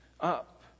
up